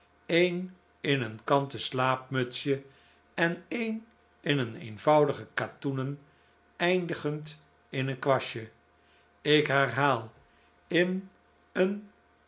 een in een kanten slaapmutsje en een in een eenvoudige katoenen eindigend in een kwastje ik herhaal in een